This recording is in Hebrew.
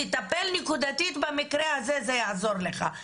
תטפל נקודתית במקרה הזה, זה יעזור לך.